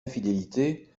infidélité